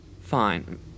Fine